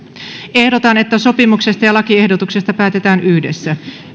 ehdotan että sopimuksesta ja lakiehdotuksesta päätetään yhdessä